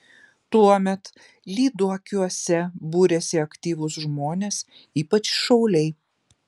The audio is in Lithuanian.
tuomet lyduokiuose būrėsi aktyvūs žmonės ypač šauliai